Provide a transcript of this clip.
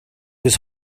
his